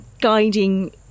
guiding